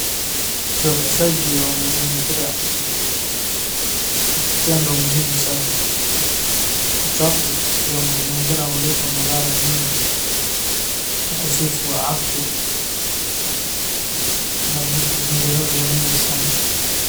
Usafishaji wa mazingira ni kitendo muhimu sana. Uchafu ya mazingira huleta madhara mengi, ukosefu wa afya, na vitu vinginevyo mingi sana.